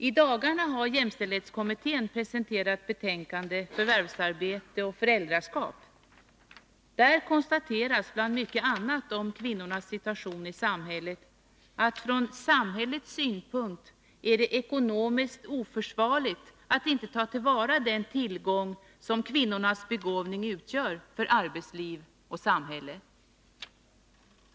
I dagarna har jämställdhetskommittén presenterat betänkandet Förvärvsarbete och föräldraskap. Där konstateras bland mycket annat om kvinnornas situation i samhället, att från samhällets synpunkt är det ekonomiskt oförsvarligt att inte ta till vara den tillgång som kvinnornas begåvning utgör för arbetsliv och samhälle.